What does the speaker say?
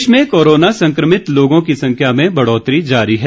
प्रदेश में कोरोना संक्रमित लोगों की संख्या में बढ़ौतरी जारी है